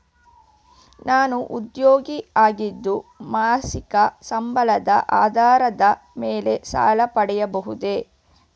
ನಾನು ಉದ್ಯೋಗಿ ಆಗಿದ್ದು ಮಾಸಿಕ ಸಂಬಳದ ಆಧಾರದ ಮೇಲೆ ಸಾಲ ಪಡೆಯಬಹುದೇ?